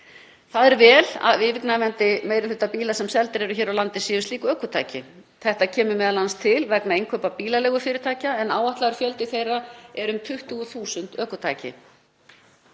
Það er vel að yfirgnæfandi meiri hluti bíla sem seldir eru hér á landi sé slík ökutæki. Þetta kemur m.a. til vegna innkaupa bílaleigufyrirtækja en áætlaður fjöldi þeirra er um 20.000 ökutæki.